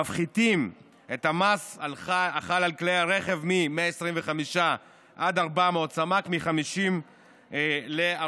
מפחיתים את המס החל על כלי הרכב מ-125 עד 400 סמ"ק מ-50% ל-40%.